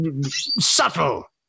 subtle